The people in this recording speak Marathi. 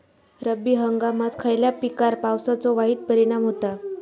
रब्बी हंगामात खयल्या पिकार पावसाचो वाईट परिणाम होता?